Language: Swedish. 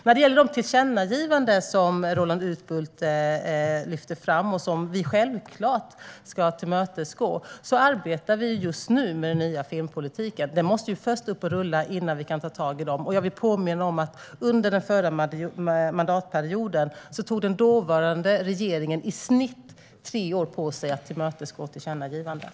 När det gäller det tillkännagivande som Roland Utbult lyfter fram och som vi självklart ska tillmötesgå arbetar vi just nu med den nya filmpolitiken. Den måste först upp och rulla innan vi kan ta tag i tillkännagivandet. Jag vill påminna om att den dåvarande regeringen, under den förra mandatperioden, tog i snitt tre år på sig att tillmötesgå tillkännagivanden.